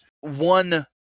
One